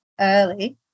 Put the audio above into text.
early